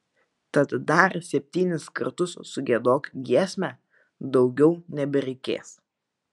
tad dar septynis kartus sugiedok giesmę daugiau nebereikės